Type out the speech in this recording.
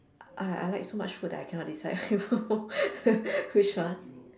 I I like so much food that I cannot decide which one